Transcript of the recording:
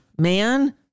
man